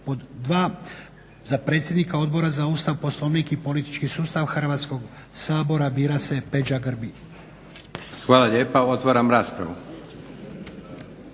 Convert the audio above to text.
Leko. 2., za predsjednika Odbora za Ustav, Poslovnik i politički sustav Hrvatskog sabora bira se Peđa Grbin. **Leko, Josip (SDP)** Hvala lijepa. Otvaram raspravu.